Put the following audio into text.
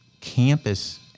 campus